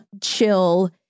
chill